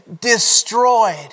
destroyed